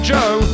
Joe